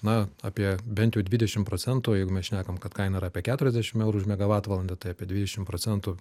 na apie bent jau dvidešim procentų jeigu mes šnekam kad kaina yra apie keturiasdešim eurų už megavatvalandę tai apie dvidešim procentų